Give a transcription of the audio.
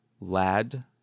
lad